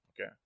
Okay